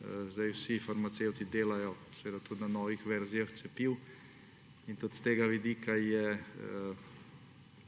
Vsi farmacevti delajo seveda tudi na novih verzijah cepiv in tudi s tega vidika je